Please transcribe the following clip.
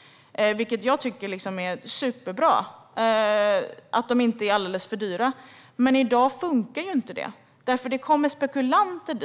Det är superbra att bostadsrätterna inte är alldeles för dyra. Men i dag funkar inte det. Det kommer spekulanter